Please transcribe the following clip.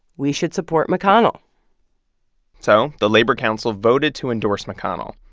we should support mcconnell so the labor council voted to endorse mcconnell.